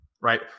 right